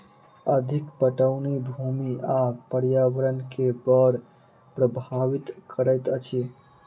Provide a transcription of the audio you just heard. अधिक पटौनी भूमि आ पर्यावरण के बड़ प्रभावित करैत अछि